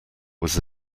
was